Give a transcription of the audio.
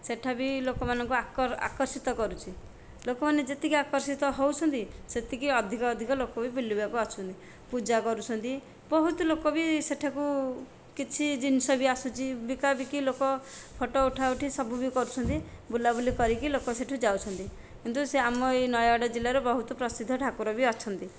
ସେଇଠା ବି ଲୋକମାନଙ୍କୁ ଆକର୍ଷିତ କରୁଛି ଲୋକମାନେ ଯେତିକି ଆକର୍ଷିତ ହେଉଛନ୍ତି ସେତିକି ଅଧିକ ଅଧିକ ଲୋକ ବି ବୁଲିବାକୁ ଆସୁଛନ୍ତି ପୂଜା କରୁଛନ୍ତି ବହୁତ ଲୋକ ବି ସେଠାକୁ କିଛି ଜିନିଷ ବି ଆସୁଛି ବିକାବିକି ଲୋକ ଫୋଟୋ ଉଠାଉଠି ସବୁ ବି କରୁଛନ୍ତି ବୁଲାବୁଲି କରିକି ଲୋକ ସେଇଠୁ ଯାଉଛନ୍ତି କିନ୍ତୁ ସିଏ ଆମ ଏଇ ନୟାଗଡ଼ ଜିଲ୍ଲାରେ ବହୁତ ପ୍ରସିଦ୍ଧ ଠାକୁର ବି ଅଛନ୍ତି